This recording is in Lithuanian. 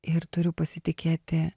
ir turiu pasitikėti